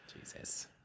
Jesus